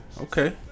Okay